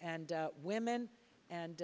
and women and